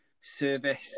service